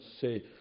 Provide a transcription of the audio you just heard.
say